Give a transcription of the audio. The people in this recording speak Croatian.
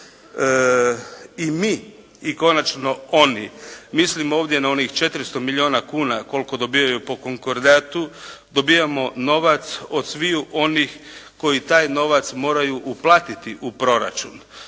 I mi i konačno oni, mislim ovdje na onih 400 milijuna kuna koliko dobijaju po konkordatu, dobijamo novac od sviju onih koji taj novac moraju uplatiti u proračun.